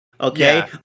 Okay